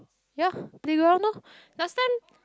ya playground lor last time